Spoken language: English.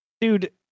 Dude